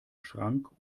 schrank